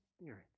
spirit